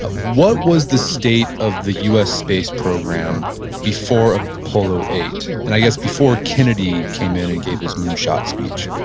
ah what was the state of the u s. space program before apollo eight, and i guess before kennedy came in and gave his moonshot speech?